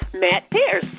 matt pearce.